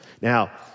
Now